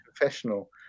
professional